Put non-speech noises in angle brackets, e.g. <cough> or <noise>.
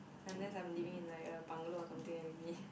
unless I'm living in like a bungalow or something then maybe <breath>